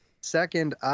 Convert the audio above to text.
second